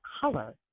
color